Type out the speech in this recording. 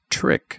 Trick